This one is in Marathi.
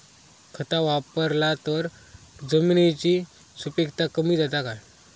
खत वापरला तर जमिनीची सुपीकता कमी जाता काय?